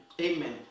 Amen